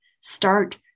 start